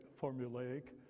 formulaic